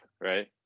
Right